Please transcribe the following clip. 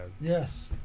Yes